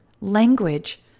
Language